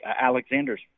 alexander's